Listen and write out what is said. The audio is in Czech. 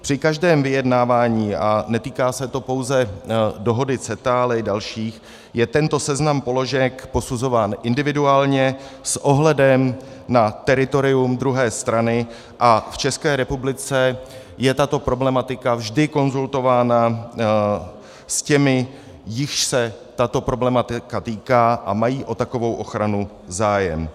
Při každém vyjednávání, a netýká se to pouze dohody CETA, ale i dalších, je tento seznam položek posuzován individuálně s ohledem na teritorium druhé strany a v České republice je tato problematika vždy konzultována s těmi, jichž se tato problematika týká a mají o takovou ochranu zájem.